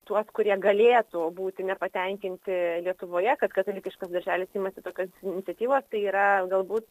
tuos kurie galėtų būti nepatenkinti lietuvoje kad katalikiškas darželis imasi tokios iniciatyvos tai yra galbūt